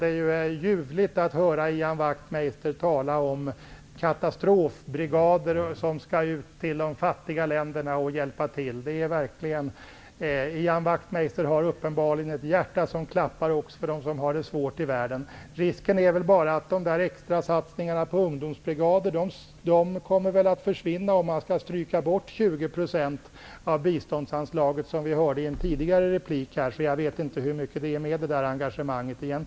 Det är ljuvligt att höra Ian Wachtmeister tala om katastrofbrigader som skall ut till de fattiga länderna och hjälpa till. Ian Wachtmeisters hjärta klappar uppenbarligen för dem som har det svårt i världen. Risken är väl bara att dessa extrasatsningar på ungdomsbrigader kommer att försvinna om man skall stryka bort 20 % av biståndsanslaget, vilket vi hörde i en tidigare replik. Jag vet egentligen inte hur mycket det är bevänt med det där engagemanget.